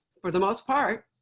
for the most part,